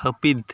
ᱦᱟᱹᱯᱤᱫ